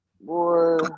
Boy